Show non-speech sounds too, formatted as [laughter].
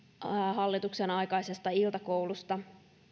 hallituksen aikaisesta iltakoulusta [unintelligible]